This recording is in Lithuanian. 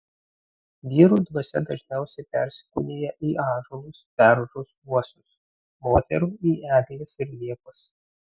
vyrų dvasia dažniausiai persikūnija į ąžuolus beržus uosius moterų į egles ir liepas